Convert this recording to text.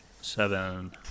Seven